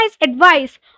advice